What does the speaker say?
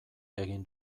egin